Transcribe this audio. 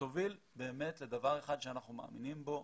שתוביל באמת לדבר אחד שאנחנו מאמינים בו